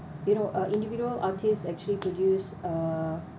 you know uh individual artists actually produce uh